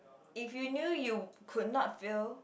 if you knew you could not fail